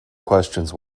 questions